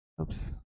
oops